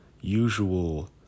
usual